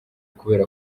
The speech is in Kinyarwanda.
kubera